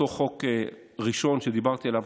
אותו חוק ראשון שדיברתי עליו,